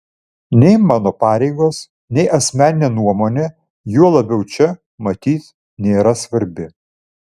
nei mano pareigos nei asmeninė nuomonė juo labiau čia matyt nėra svarbi